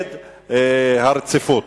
נגד הרציפות.